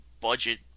budget